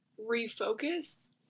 refocus